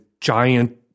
giant